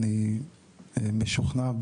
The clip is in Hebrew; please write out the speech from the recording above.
אני משוכנע,